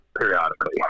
periodically